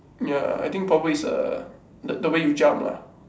ya I think probably is uh the the way you jump lah